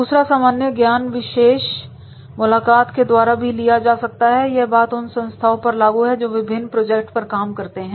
दूसरा सामान्य ज्ञान विशेष मुलाकात के द्वारा भी लिया जा सकता है यह बात उन संस्थाओं पर लागू है जो विभिन्न प्रोजेक्ट पर काम करते हैं